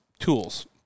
tools